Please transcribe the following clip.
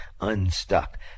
unstuck